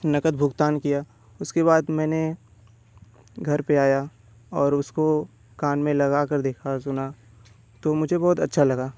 नगद भुगतान किया उसके बाद मैंने घर पर आया और उसको कान में लगा कर देखा सुना तो मुझे बहुत अच्छा लगा